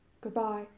Goodbye